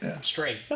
Straight